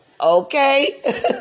Okay